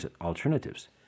alternatives